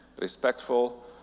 respectful